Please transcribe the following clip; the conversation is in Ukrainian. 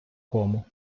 кому